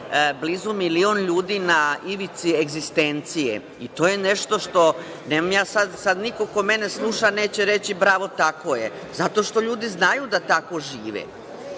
blizu milion ljudi na ivici egzistencije i to nešto što, sad niko ko mene sluša neće reći – bravo, tako je, zato što ljudi znaju da tako